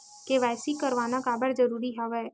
KYC करवाना काबर जरूरी हवय?